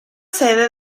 sede